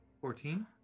Fourteen